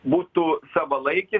būtų savalaikis